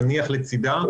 תניח לצידה,